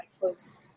close